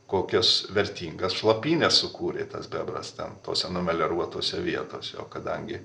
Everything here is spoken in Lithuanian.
kokias vertingas šlapynes sukūrė tas bebras ten tose numelioruotose vietose o kadangi